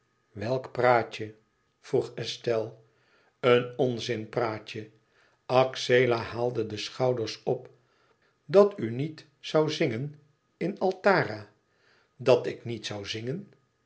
welk praatje vroeg estelle een onzin praatje axela haalde de schouders op dat u niet zoû zingen in altara dat ik niet zoû zingen